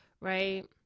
right